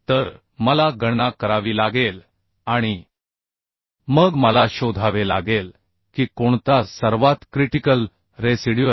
तर मला गणना करावी लागेल आणि मग मला शोधावे लागेल की कोणता सर्वात क्रिटिकल असेल